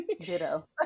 Ditto